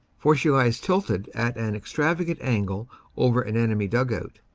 for she lies tilted at an extravagant angle over an enemy dug-out.